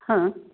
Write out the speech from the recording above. हां